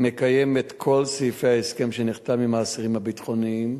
מקיים את כל סעיפי ההסכם שנחתם עם האסירים הביטחוניים